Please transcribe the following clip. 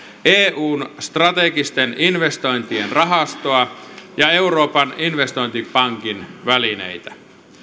eun strategisten investointien rahastoa ja euroopan investointipankin välineitä